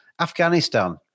Afghanistan